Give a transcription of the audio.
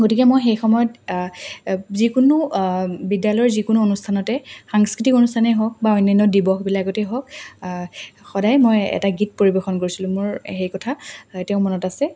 গতিকে মই সেই সময়ত যিকোনো বিদ্যালয়ৰ যিকোনো অনুষ্ঠানতে সাংস্কৃতিক অনুষ্ঠানেই হওক বা অন্যান্য দিৱসবিলাকতেই হওক সদায় মই এটা গীত পৰিৱেশন কৰিছিলোঁ মোৰ সেই কথা এতিয়াও মনত আছে